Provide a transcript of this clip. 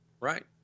Right